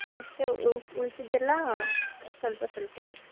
ಮತ್ತೆ ಉಳ್ದಿದ್ದೆಲ್ಲ ಸ್ವಲ್ಪ ಸ್ವಲ್ಪ ಬೇಕು